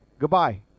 Goodbye